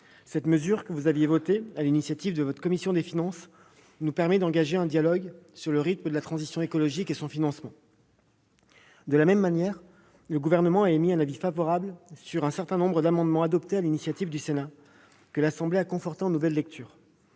Cette mesure, que vous aviez votée sur l'initiative de votre commission des finances, nous permet d'engager le dialogue sur le rythme de la transition écologique et son financement. De la même manière, le Gouvernement a émis un avis favorable sur un certain nombre d'amendements adoptés sur l'initiative du Sénat, et que l'Assemblée nationale a ensuite confortés en nouvelle lecture.